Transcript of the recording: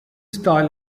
style